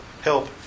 help